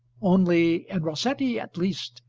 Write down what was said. only, in rossetti at least,